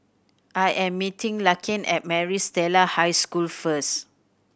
I am meeting Larkin at Maris Stella High School first